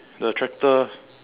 the tractor